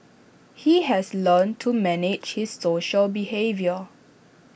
he has learnt to manage his social behaviour